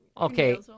Okay